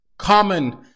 Common